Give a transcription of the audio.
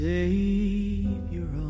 Savior